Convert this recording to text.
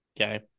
okay